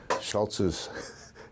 Schultz's